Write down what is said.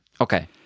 Okay